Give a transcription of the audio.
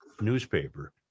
newspaper